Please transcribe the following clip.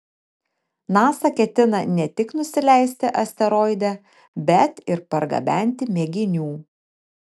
nasa ketina ne tik nusileisti asteroide bet ir pargabenti mėginių